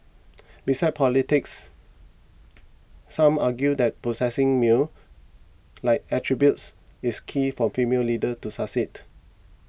besides polities some argue that possessing male like attributes is key for female leaders to succeed